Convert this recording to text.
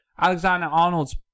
Alexander-Arnold's